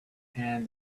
hand